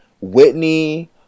Whitney